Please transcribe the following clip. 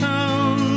Town